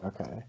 Okay